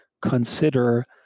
consider